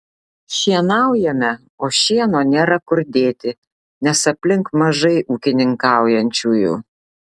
šienaujame o šieno nėra kur dėti nes aplink mažai ūkininkaujančiųjų